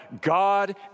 God